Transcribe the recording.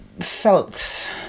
felt